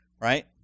right